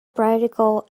practical